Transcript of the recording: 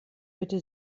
bitte